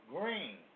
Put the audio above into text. Green